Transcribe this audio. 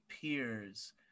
peers